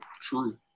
True